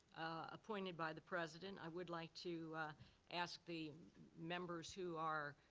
appointed by the president. i would like to ask the members who are.